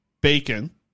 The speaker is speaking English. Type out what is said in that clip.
bacon